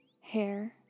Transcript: hair